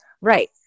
Right